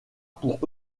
pour